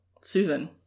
Susan